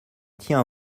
tiens